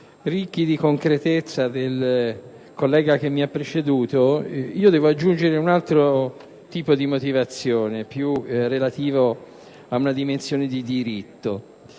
ricchi di concretezza del collega che mi ha preceduto devo aggiungere un altro tipo di motivazione, più relativa ad una dimensione di diritto.